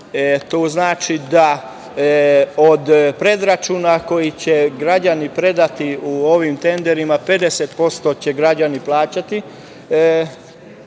To znači da od predračuna koji će građani predati ovim tenderima 50% će građani plaćati